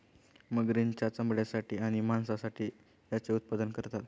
मगरींच्या चामड्यासाठी आणि मांसासाठी याचे उत्पादन करतात